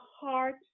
heart